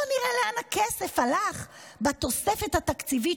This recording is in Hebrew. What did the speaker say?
בואו נראה לאן הכסף הלך בתוספת התקציבית